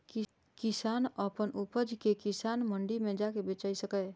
किसान अपन उपज कें किसान मंडी मे जाके बेचि सकैए